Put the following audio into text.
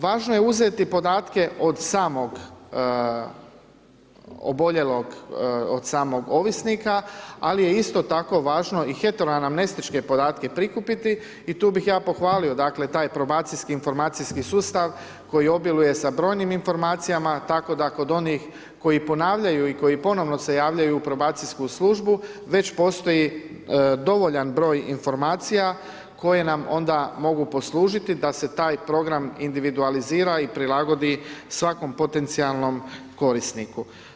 Važno je uzeti podatke od samog oboljelog, od samog ovisnika, ali je isto tako važno i heteroanamnestičke podatke prikupiti i tu bi ja pohvalio dakle, taj probacijski informacijski sustav koji obiluje sa brojnim informacijama, tako da kod onih koji ponavljaju i ponovno se javljaju u probacijsku službu, već postoji dovoljan br. informacija koji nam onda mogu poslužiti da se taj program individualizira i prilagodi svakom potencijalnom korisniku.